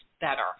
better